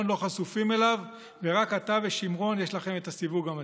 לא חשופים אליו ורק אתה ושימרון יש לכם את הסיווג המתאים?